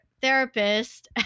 therapist